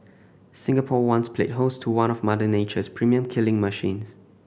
Singapore once played host to one of Mother Nature's premium killing machines